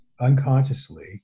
unconsciously